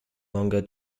longer